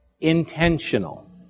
intentional